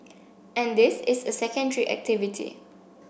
and this is a secondary activity